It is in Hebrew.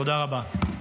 תודה רבה.